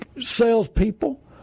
salespeople